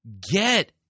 get